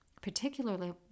particularly